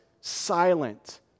silent